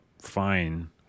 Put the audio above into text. fine